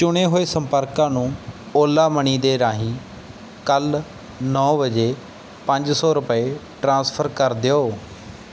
ਚੁਣੇ ਹੋਏ ਸੰਪਰਕਾਂ ਨੂੰ ਓਲਾ ਮਨੀ ਦੇ ਰਾਹੀਂ ਕੱਲ੍ਹ ਨੌਂ ਵਜੇ ਪੰਜ ਸੌ ਰੁਪਏ ਟ੍ਰਾਂਸਫਰ ਕਰ ਦਿਓ